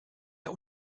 der